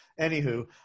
Anywho